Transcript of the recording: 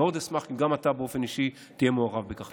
מאוד אשמח אם גם אתה באופן אישי תהיה מעורב בכך.